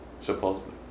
Supposedly